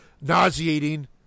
nauseating